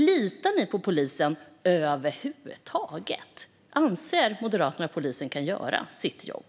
Litar ni på polisen över huvud taget? Anser Moderaterna att polisen kan göra sitt jobb?